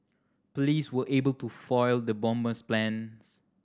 police were able to foil the bomber's plans